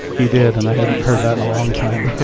he did, and i hadn't heard that in a long time.